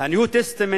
מה-New Testament?